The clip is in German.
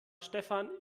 stefan